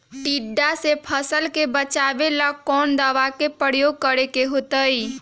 टिड्डा से फसल के बचावेला कौन दावा के प्रयोग करके होतै?